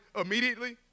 immediately